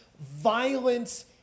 violence